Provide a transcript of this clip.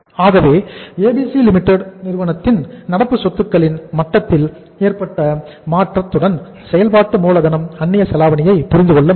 ஆகவே ABC Limited நிறுவனத்தில் நடப்பு சொத்துக்களின் மட்டத்தில் ஏற்பட்ட மாற்றத்துடன் செயல்பாட்டு மூலதனம் அந்நிய செலாவணியை புரிந்து கொள்ள முடியும்